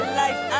life